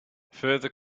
further